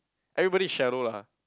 everybody is shallow lah